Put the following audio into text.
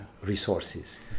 resources